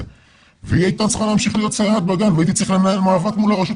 הייתי צריך לנהל מאבק מול העירייה